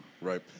Right